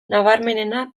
nabarmenena